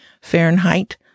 Fahrenheit